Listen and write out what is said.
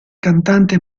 cantante